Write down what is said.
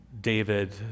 David